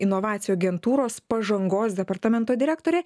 inovacijų agentūros pažangos departamento direktorė